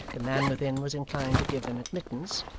the man within was inclined to give them admittance,